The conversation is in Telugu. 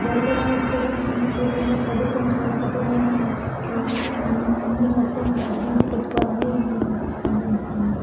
దొరకడానికి కూడా ఛాన్స్ లేకుండా ప్రభుత్వం చాలా కఠినమైన అన్నీ మొత్తం సిద్దించి పెట్టుకోవాలని నేను అనుకుంటున్నాను